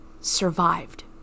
survived